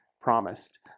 promised